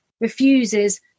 refuses